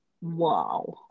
Wow